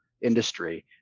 industry